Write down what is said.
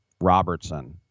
Robertson